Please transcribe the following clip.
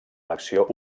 l’acció